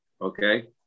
Okay